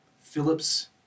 Phillips